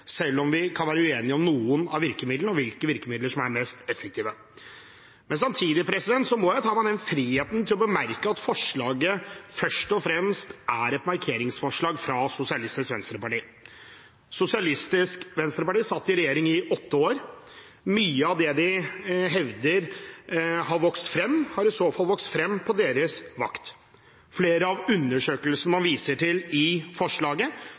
selv om vi kan være uenige om noen av virkemidlene og hvilke virkemidler som er mest effektive. Samtidig må jeg ta meg den frihet å bemerke at forslaget først og fremst er et markeringsforslag fra SV. SV satt i regjering i åtte år. Mye av det de hevder har vokst frem, har i så fall vokst frem på deres vakt. Flere av undersøkelsene man viser til i forslaget,